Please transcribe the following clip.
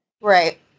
right